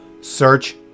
Search